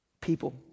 people